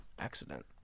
Accident